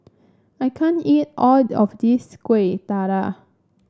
I can't eat all of this Kueh Dadar